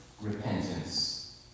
Repentance